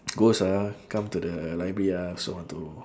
ghost ah come to the library ah also want to